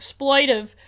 exploitive